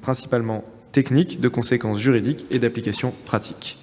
essentiellement techniques, de conséquence juridique et d'application pratique.